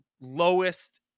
lowest